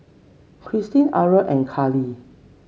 Christa Aura and Carlie